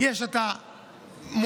לא עלינו,